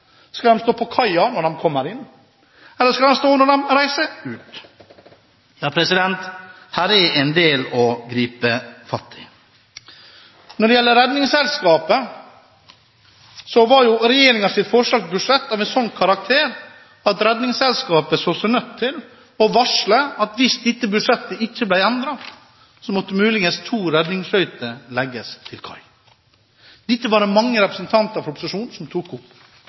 Skal de stå på kaia når båtene kommer inn, eller når de reiser ut? Her er det en del å gripe fatt i. Når det gjelder Redningsselskapet, var regjeringens forslag til budsjett av en sånn karakter at Redningsselskapet så seg nødt til å varsle at hvis dette budsjettet ikke ble endret, måtte muligens to redningsskøyter legges til kai. Dette tok mange representanter fra opposisjonen opp, fordi dette var en livsfarlig svekkelse av beredskapen langs kysten. Heldigvis kom det